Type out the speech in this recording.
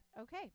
Okay